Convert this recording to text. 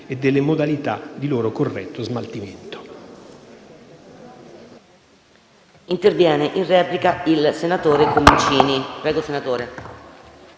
e delle modalità di loro corretto smaltimento.